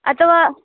अथवा